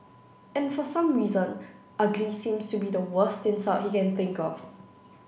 and for some reason ugly seems to be worst insult he can think of